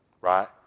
right